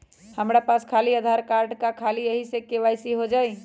हमरा पास खाली आधार कार्ड है, का ख़ाली यही से के.वाई.सी हो जाइ?